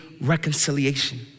reconciliation